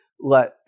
let